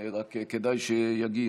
רק כדאי שיגיע,